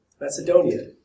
Macedonia